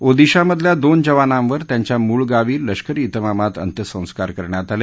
ओदिशामधल्या दोन जवानांवर त्यांच्या मूळ गावी लष्करी ब्रिमामात अंत्यसंस्कार करण्यात आले